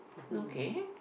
okay